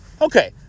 Okay